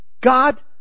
God